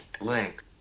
link